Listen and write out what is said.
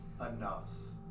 enoughs